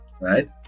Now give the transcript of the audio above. right